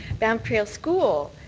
banff trail school.